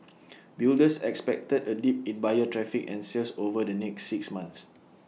builders expected A dip in buyer traffic and sales over the next six months